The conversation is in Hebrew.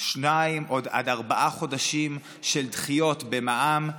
שניים עד ארבעה חודשים של דחיות במע"מ,